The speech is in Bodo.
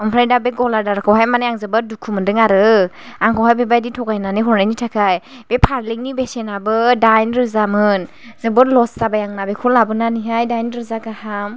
ओमफ्राय दा बे गलादारखौहाय माने आं जोबोद दुखु मोन्दों आरो आंखौहाय बेबायदि थगायनानै हरनायनि थाखाय बे फारलेंनि बेसेनाबो दाइन रोजामोन जोबोद लस जाबाय आंना बेखौ लाबोनानैहाय दाइन रोजा गाहाम